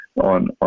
on